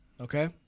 Okay